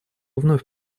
вновь